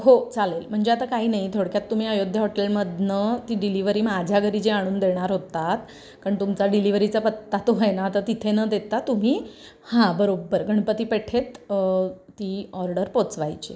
हो चालेल म्हणजे आता काही नाही थोडक्यात तुम्ही अयोध्या हॉटेलमधून ती डिलिव्हरी माझ्या घरी जे आणून देणार होतात कारण तुमचा डिलिव्हरीचा पत्ता तो आहे ना तर तिथे न देता तुम्ही हां बरोबर गणपतीपेठेत ती ऑर्डर पोचवायची आहे